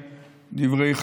אתה רשום לפניי.